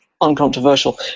uncontroversial